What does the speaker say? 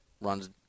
runs